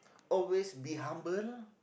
always be humble